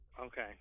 Okay